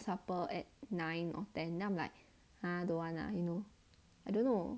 supper at nine or ten then I'm like I don't want lah you know I don't know